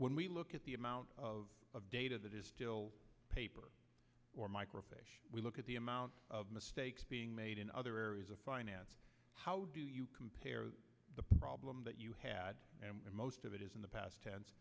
when we look at the amount of data that is still paper or micro page we look at the amount of mistakes being made in other areas of finance how do you compare the problem that you had and most of it is in the past tense